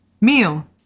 Meal